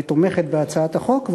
ותומכת בהצעת החוק,